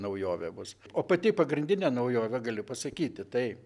naujovė bus o pati pagrindinė naujovė galiu pasakyti tai